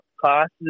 classes